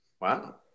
Wow